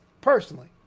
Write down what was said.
personally